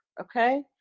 okay